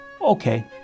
Okay